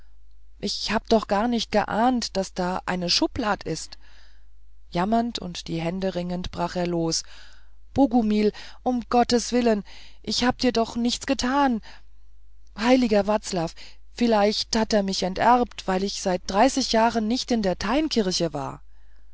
ich hab doch gar nicht geahnt daß da eine schublad ist jammernd und die hände ringend brach er los bogumil um gottes willen ich hab dir doch nichts getan heiliger vclav vielleicht hat er mich enterbt weil ich seit dreißig jahren nicht in der teinkirche war